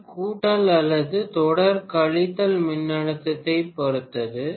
தொடர் கூட்டல் அல்லது தொடர் கழித்தல் மின்னழுத்தத்தைப் பொறுத்தது